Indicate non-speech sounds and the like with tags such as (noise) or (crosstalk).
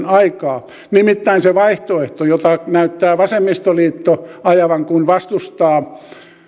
(unintelligible) aikaa nimittäin se vaihtoehto jota näyttää vasemmistoliitto ajavan kun vastustaa